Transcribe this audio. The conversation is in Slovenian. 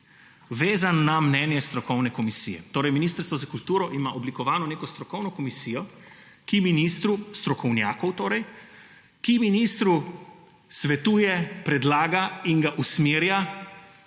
vezan na mnenje strokovne komisije. Ministrstvo za kulturo ima oblikovano neko strokovno komisijo strokovnjakov, ki ministru, svetuje, predlaga in ga usmerja